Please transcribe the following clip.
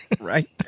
Right